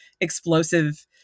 explosive